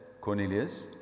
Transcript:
Cornelius